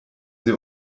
sie